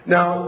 Now